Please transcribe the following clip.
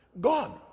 God